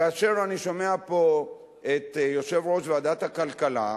כאשר אני שומע פה את יושב-ראש ועדת הכלכלה,